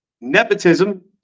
nepotism